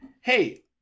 hey